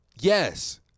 yes